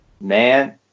Man